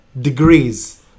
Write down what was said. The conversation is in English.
degrees